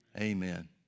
Amen